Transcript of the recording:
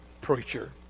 preacher